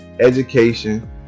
education